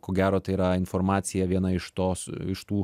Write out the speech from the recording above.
ko gero tai yra informacija viena iš tos iš tų